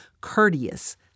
courteous